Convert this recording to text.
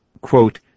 quote